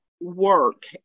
work